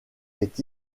est